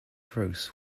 gross